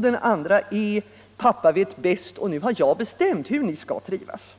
Den andra är: Pappa vet bäst, och nu har jag bestämt hur ni skall trivas.